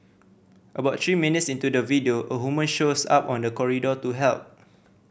about three minutes into the video a woman shows up on the corridor to help